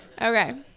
Okay